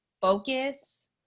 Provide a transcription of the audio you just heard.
focus